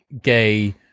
gay